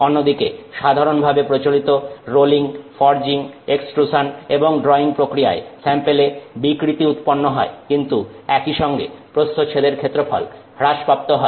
অন্যদিকে সাধারণভাবে প্রচলিত রোলিং ফর্জিং এক্সট্রুসান এবং ড্রয়িং প্রক্রিয়ায় স্যাম্পেলে বিকৃতি উৎপন্ন হয় কিন্তু একইসঙ্গে প্রস্থচ্ছেদের ক্ষেত্রফল হ্রাসপ্রাপ্ত হয়